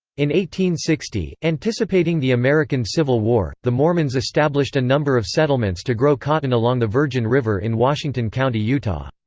in sixty, anticipating the american civil war, the mormons established a number of settlements to grow cotton along the virgin river in washington county, utah.